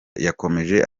yakomeje